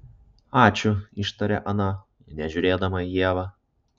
ačiū ištarė ana nežiūrėdama į ievą